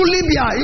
Libya